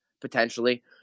potentially